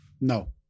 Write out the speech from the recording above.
No